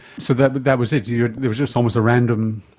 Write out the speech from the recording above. so that but that was it, you know it was just almost a random